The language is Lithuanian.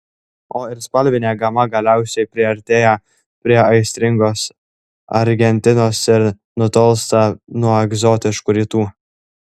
o ir spalvinė gama galiausiai priartėja prie aistringos argentinos ir nutolsta nuo egzotiškų rytų